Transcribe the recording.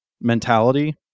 mentality